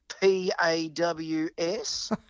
P-A-W-S